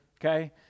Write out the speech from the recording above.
okay